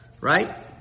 right